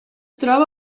troba